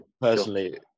personally